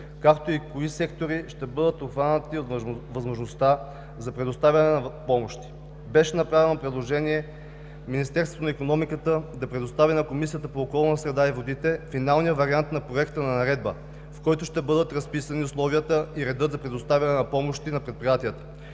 както и кои сектори ще бъдат обхванати от възможността за предоставяне на помощи. Беше направено предложение Министерството на икономиката да предостави на Комисията по околната среда и водите финалния вариант на проекта на Наредба, в който ще бъдат разписани условията и редът за предоставяне на помощи на предприятията.